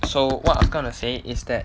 so what am gonna say is that